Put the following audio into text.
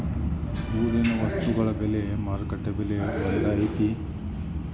ಊರಿನ ವಸ್ತುಗಳ ಬೆಲೆ ಮಾರುಕಟ್ಟೆ ಬೆಲೆ ಒಂದ್ ಐತಿ?